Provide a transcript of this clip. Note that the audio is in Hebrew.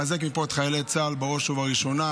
לחיילי צה"ל רוצחים וטובחים ומבצעי פשעי מלחמה.